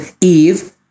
Eve